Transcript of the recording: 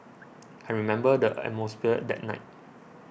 I remember the atmosphere that night